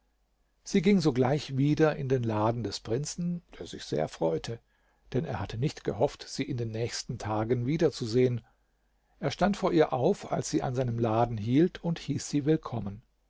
sie ging sogleich wieder in den laden des prinzen der sich sehr freute denn er hatte nicht gehofft sie in den nächsten tagen wiederzusehen er stand vor ihr auf als sie an seinem laden hielt und hieß sie willkommen